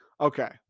Okay